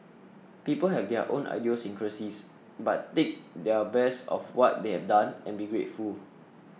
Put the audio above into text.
people have their own idiosyncrasies but take their best of what they have done and be grateful